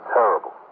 terrible